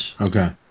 Okay